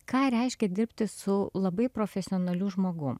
ką reiškia dirbti su labai profesionaliu žmogum